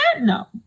no